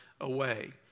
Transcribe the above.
away